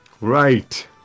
Right